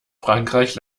frankreich